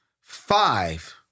Five